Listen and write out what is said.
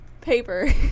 paper